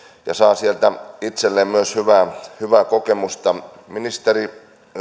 ja saa sieltä itselleen myös hyvää hyvää kokemusta ministeri